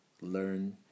learn